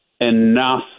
enough